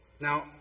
Now